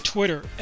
Twitter